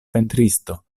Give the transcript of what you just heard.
pentristo